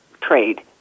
trade